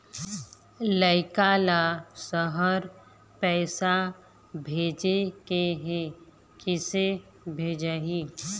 लइका ला शहर पैसा भेजें के हे, किसे भेजाही